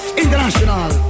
international